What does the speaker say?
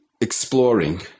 exploring